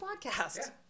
podcast